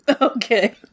Okay